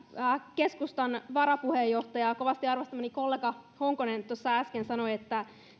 keskustan varapuheenjohtaja kovasti arvostamani kollega honkonen tuossa äsken sanoi että